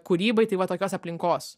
kūrybai tai va tokios aplinkos